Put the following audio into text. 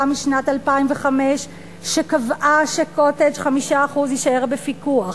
משנת 2005 שקבעה ש"קוטג'" 5% יישאר בפיקוח,